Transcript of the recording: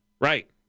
Right